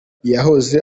yahoze